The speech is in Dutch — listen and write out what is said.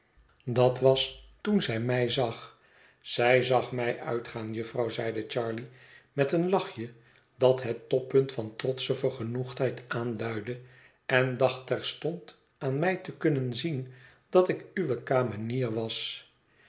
dat was toen zij mij zag zij zag mij uitgaan jufvrouw zeide charley met een lachje dat het toppunt van trotsche vergenoegdheid aanduidde en dacht terstond aan mij te kunnen zien dat ik uwe kamenier was